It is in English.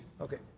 Okay